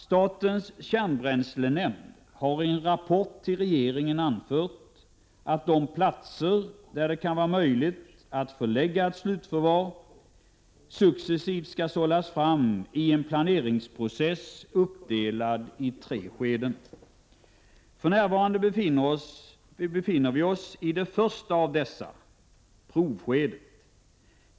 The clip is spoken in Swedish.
Statens kärnbränslenämnd har i en rapport till regeringen anfört att de platser där det kan vara möjligt att förlägga ett slutförvar successivt skall sållas fram i en planeringsprocess uppdelad i tre skeden. För närvarande befinner vi oss i det första av dessa, provskedet.